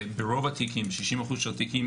ברוב התיקים - 60 אחוז מהתיקים,